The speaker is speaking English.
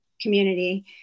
community